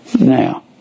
Now